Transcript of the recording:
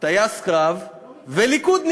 טייס קרב וליכודניק.